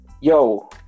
Yo